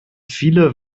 viele